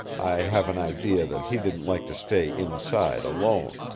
i have an idea that he didn't like to stay inside alone.